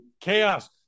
Chaos